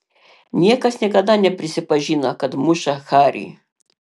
niekas niekada neprisipažino kad muša harį